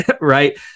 right